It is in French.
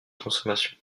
consommation